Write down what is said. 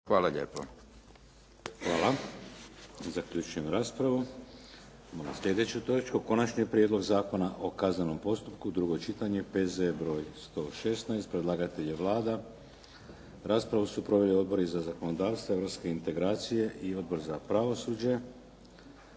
Vladimir (HDZ)** Idemo na slijedeću točku. - Konačni prijedlog Zakona o kaznenom postupku, drugo čitanje, P.Z.E. br. 116 Predlagatelj je Vlada. Raspravu su proveli odbori za zakonodavstvo, europske integracije i Odbor za pravosuđe.